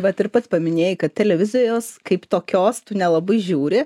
bet ir pats paminėjai kad televizijos kaip tokios tu nelabai žiūri